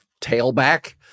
tailback